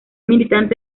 militante